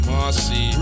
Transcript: Marcy